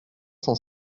cent